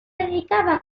dedicaban